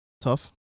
tough